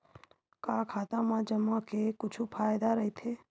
का खाता मा जमा के कुछु फ़ायदा राइथे?